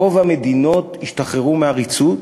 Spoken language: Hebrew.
רוב המדינות השתחררו מעריצות.